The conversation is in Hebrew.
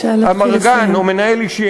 אמרגן או מנהל אישי,